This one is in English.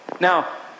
Now